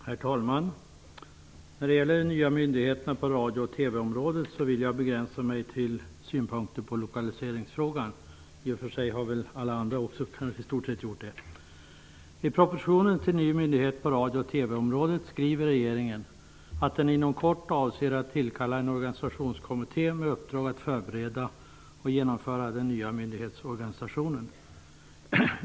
Herr talman! När det gäller de nya myndigheterna på radio och TV-området vill jag begränsa mig till synpunkter på lokaliseringsfrågan. TV-området skriver regeringen att den avser att inom kort tillkalla en organisationskommitté med uppdrag att förbereda och genomföra den nya myndighetsorganisationen.